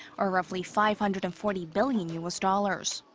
or roughly five hundred and forty billion u s. dollars.